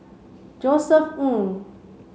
Josef Ng